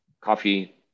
coffee